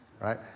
right